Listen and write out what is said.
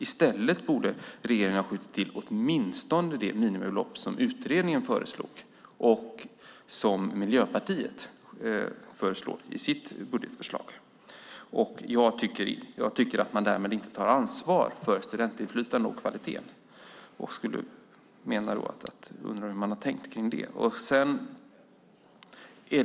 Jag tycker att regeringen därmed inte tar ansvar för studentinflytande och kvalitet och undrar hur man har tänkt. Regeringen borde i stället ha skjutit till åtminstone det minimibelopp som utredningen föreslog och som Miljöpartiet föreslår i sitt budgetförslag.